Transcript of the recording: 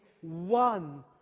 one